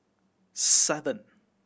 seven